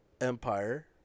Empire